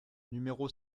numéro